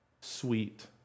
sweet